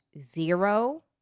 Zero